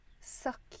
suck